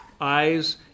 eyes